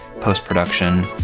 post-production